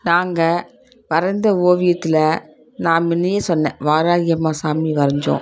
நாங்கள் வரைந்த ஓவியத்தில் நான் முன்னையே சொன்னேன் வாராகியம்மா சாமி வரைஞ்சோம்